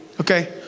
Okay